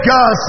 God